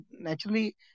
naturally